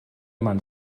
man